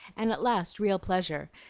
and at last real pleasure,